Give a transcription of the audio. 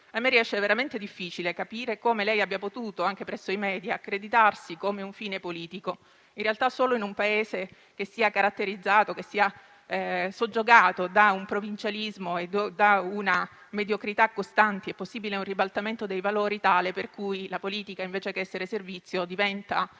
Mi riesce veramente difficile capire come abbia potuto - anche presso i *media* - accreditarsi come un fine politico. In realtà, solo in un Paese soggiogato da un provincialismo e da una mediocrità costanti è possibile un ribaltamento dei valori tale per cui la politica, invece che essere servizio, diventa